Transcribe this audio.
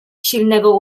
silnego